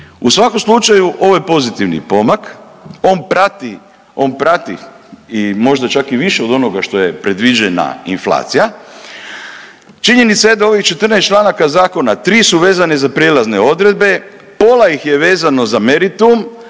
U svakom slučaju ovo je pozitivni pomak, on prati i možda čak i više od onoga što je predviđena inflacija. Činjenica je da ovih 14 članaka zakona, tri su vezana za prijelazne odredbe, pola iz je vezano za meritum,